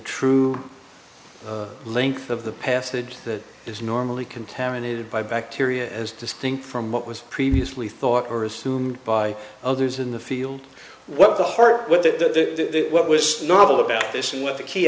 true length of the passage that is normally contaminated by bacteria as distinct from what was previously thought or assumed by others in the field what the heart with that what was normal about this with the key